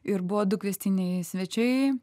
ir buvo du kviestiniai svečiai